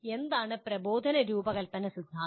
എന്താണ് പ്രബോധന രൂപകൽപ്പന സിദ്ധാന്തം